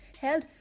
held